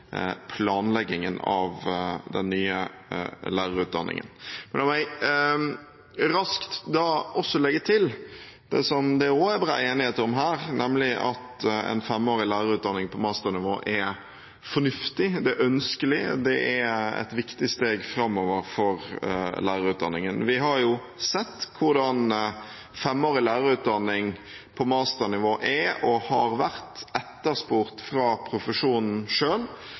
planleggingen av den nye lærerutdanningen. La meg raskt legge til, som det også er bred enighet om her, at en femårig lærerutdanning på masternivå er fornuftig, det er ønskelig, og det er et viktig steg framover for lærerutdanningen. Vi har sett hvordan femårig lærerutdanning på masternivå er, og har vært, etterspurt fra profesjonen